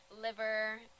liver